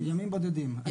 ימים בודדים.